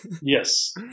Yes